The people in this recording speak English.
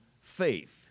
faith